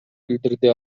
билдирди